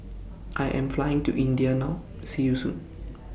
I Am Flying to India now See YOU Soon